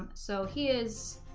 so he is